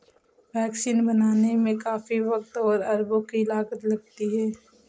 vaccine बनाने में काफी वक़्त और अरबों की लागत लगती है